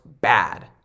bad